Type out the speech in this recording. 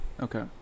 okay